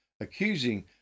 accusing